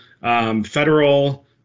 federal